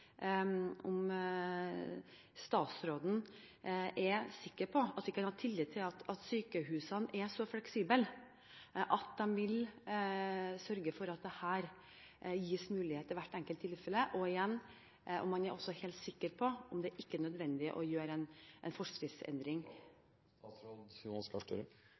om statsråden er sikker på at vi kan ha tillit til at sykehusene er så fleksible at de vil sørge for at det gis mulighet for det i hvert enkelt tilfelle, og – igjen – om han også er helt sikker på om det ikke er nødvendig å gjøre en forskriftsendring.